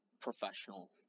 professional